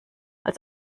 als